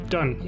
Done